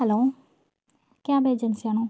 hello cab ഏജൻസിയാണോ